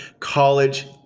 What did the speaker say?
college,